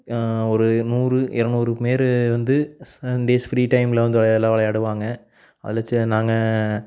ஒரு நூறு இரநூறு பேர் வந்து சன்டேஸ் ஃபிரீ டைமில் வந்து விளையாடுவாங்க அதில் ச நாங்கள்